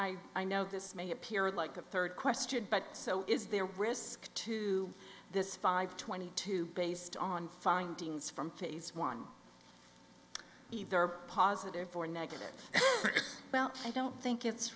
i i know this may appear like a third question but so is there risk to this five twenty two based on findings from phase one either positive or negative about i don't think it's